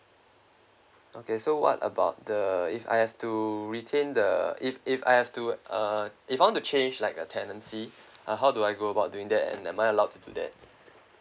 okay so what about the if I have to retain the if if I have to uh if I want to change like a tenancy uh how do I go about doing that and am I allowed to do that